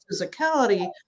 physicality